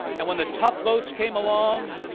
and when the tough votes came along,